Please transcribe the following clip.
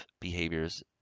behaviors